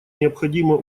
необходимо